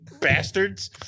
bastards